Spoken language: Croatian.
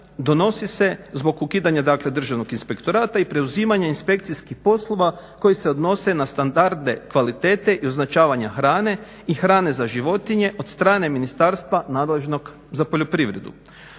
donosi se zbog ukidanja dakle državnog inspektorata i preuzimanje inspekcijskih poslova koji se odnose na standarde kvalitete i označavanja hrane i hrane za životinje od strane ministarstva nadležnog za poljoprivredu.